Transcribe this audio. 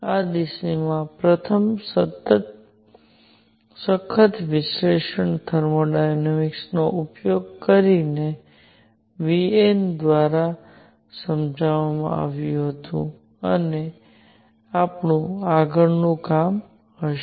આ દિશામાં પ્રથમ સખત વિશ્લેષણ થર્મોડાયનેમિક્સનો ઉપયોગ કરીને વિએન દ્વારા કરવામાં આવ્યું હતું અને તે આપણું આગળનું કામ હશે